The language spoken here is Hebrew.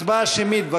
הצבעה שמית.